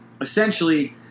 Essentially